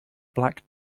black